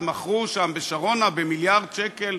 אחד מכרו שם בשרונה במיליארד שקל.